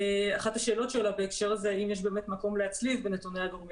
אחת השאלות שעולות בהקשר הזה היא האם יש מקום להצליב בנתוני הגורמים